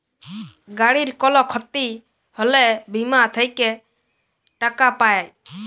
গাড়ির কল ক্ষতি হ্যলে বীমা থেক্যে টাকা পায়